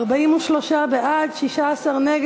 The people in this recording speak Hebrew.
ההצעה להעביר את הצעת חוק-יסוד: נשיא